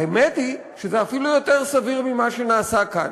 האמת היא שזה אפילו יותר סביר ממה שנעשה כאן.